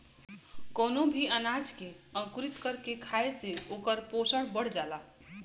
कवनो भी अनाज के अंकुरित कर के खाए से ओकर पोषण बढ़ जाला